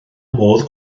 modd